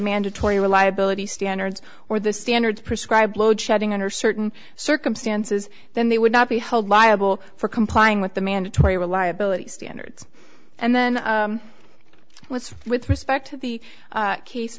mandatory reliability standards or the standards prescribed load shedding under certain circumstances then they would not be held liable for complying with the mandatory reliability standards and then what's with respect to the case